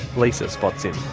lisa spots him.